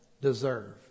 deserve